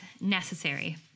necessary